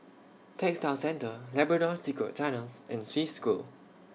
Textile Centre Labrador Secret Tunnels and Swiss School